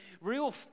real